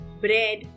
bread